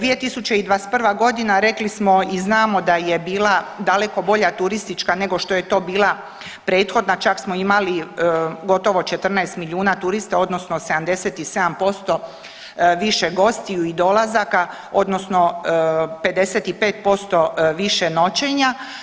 2021.g. rekli smo i znamo da je bila daleko bolja turistička nego što je to bila prethodna, čak smo imali gotovo 14 milijuna turista odnosno 77% više gostiju i dolazaka odnosno 55% više noćenja.